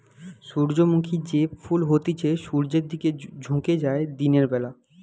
সূর্যমুখী যে ফুল হতিছে সূর্যের দিকে ঝুকে যায় দিনের বেলা